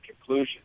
conclusion